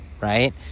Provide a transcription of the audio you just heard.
right